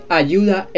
ayuda